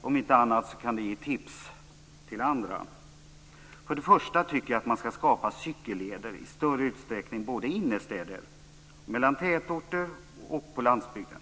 Om inte annat kan de vara ett tips till andra. För det första tycker jag att man i större utsträckning skall skapa cykelleder inne i städer, mellan tätorter och på landsbygden.